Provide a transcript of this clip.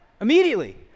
immediately